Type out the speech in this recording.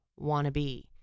Wannabe